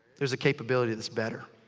there's a capability that's better.